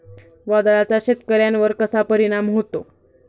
वादळाचा शेतकऱ्यांवर कसा परिणाम होतो?